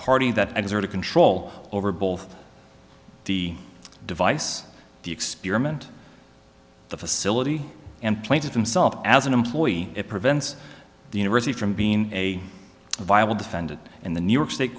party that is out of control over both the device the experiment the facility and planted himself as an employee it prevents the university from being a viable defendant in the new york state